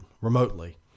remotely